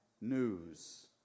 news